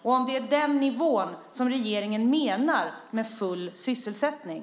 Är det den nivån som regeringen menar med full sysselsättning?